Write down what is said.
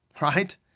right